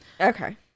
okay